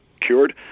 cured